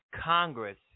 Congress